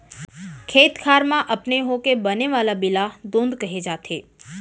खेत खार म अपने होके बने वाला बीला दोंद कहे जाथे